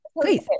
please